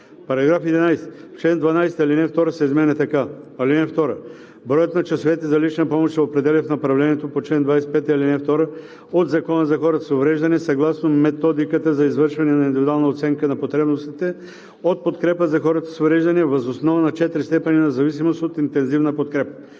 § 11: „§ 11. В чл. 12 ал. 2 се изменя така: „(2) Броят на часовете за лична помощ се определя в направлението по чл. 25, ал. 2 от Закона за хората с увреждания, съгласно Методиката за извършване на индивидуална оценка на потребностите от подкрепа за хората с увреждания, въз основа на четири степени на зависимост от интензивна подкрепа: